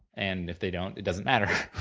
and if they don't, it doesn't matter.